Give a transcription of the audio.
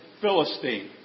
Philistine